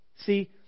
See